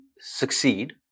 succeed